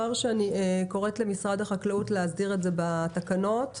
שאני קוראת למשרד החקלאות להסדיר את זה בתקנות.